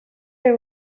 you